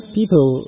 People